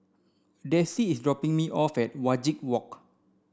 Dessie is dropping me off at Wajek Walk